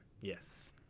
Yes